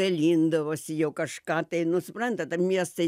dalindavosi jau kažką tai nu suprantat ar miestai